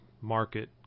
market